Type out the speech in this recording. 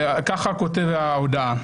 ככה כותבת ההודעה: